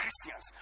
Christians